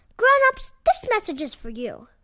grown-ups, this message is for you